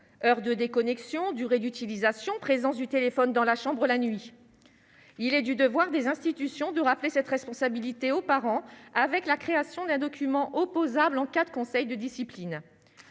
heure de déconnexion durée d'utilisation, présence du téléphone dans la chambre, la nuit, il est du devoir des institutions de rappeler cette responsabilité aux parents avec la création d'un document opposable en cas de conseils de discipline,